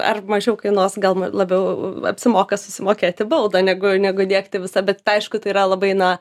ar mažiau kainuos gal labiau apsimoka susimokėti baudą negu negu diegti visą bet aišku tai yra labai na